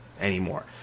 anymore